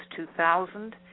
2000